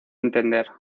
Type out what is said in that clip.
entender